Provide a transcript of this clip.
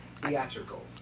theatrical